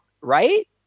right